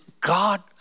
God